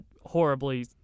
horribly